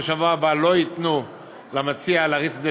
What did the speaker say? בשבוע הבא לא ייתנו למציע להריץ את זה,